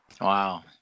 Wow